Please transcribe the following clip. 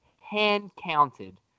hand-counted